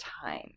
time